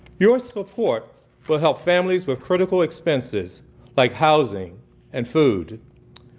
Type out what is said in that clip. your support will help families with critical expenses like housing and food.